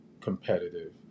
competitive